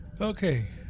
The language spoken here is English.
Okay